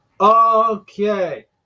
Okay